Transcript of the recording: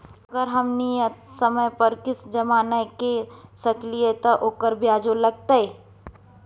अगर हम नियत समय पर किस्त जमा नय के सकलिए त ओकर ब्याजो लगतै?